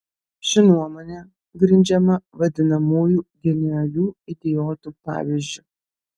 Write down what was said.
ši nuomonė grindžiama vadinamųjų genialių idiotų pavyzdžiu